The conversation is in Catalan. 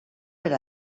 per